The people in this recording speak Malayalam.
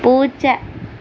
പൂച്ച